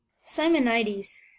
Simonides